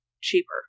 cheaper